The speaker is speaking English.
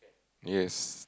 yes